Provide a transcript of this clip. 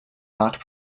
not